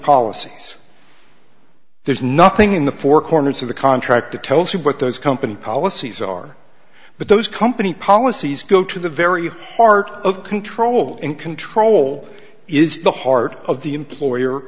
policy there's nothing in the four corners of the contract that tells you what those company policies are but those company policies go to the very heart of control and control is the heart of the employer